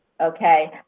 Okay